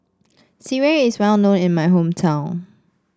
sireh is well known in my hometown